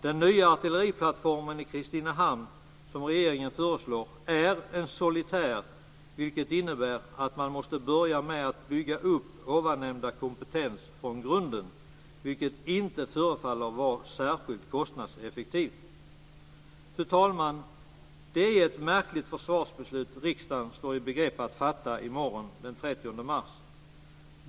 Den nya artilleriplattform i Kristinehamn som regeringen föreslår är en solitär, vilket innebär att man måste börja med att bygga upp nämnda kompetens från grunden. Detta förefaller inte vara särskilt kostnadseffektivt. Fru talman! Det är ett märkligt försvarsbeslut som riksdagen står i begrepp att fatta i morgon den 30 mars.